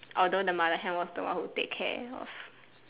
although the mother Hen was the one who take care of